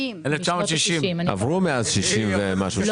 1960. עברו מאז 60 ומשהו שנים.